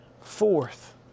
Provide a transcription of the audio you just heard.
Fourth